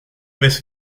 vez